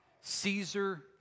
Caesar